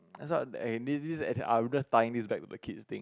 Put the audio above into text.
that's what and this this I'm just tying this back to the kids thing